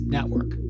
Network